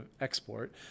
export